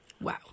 Wow